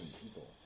people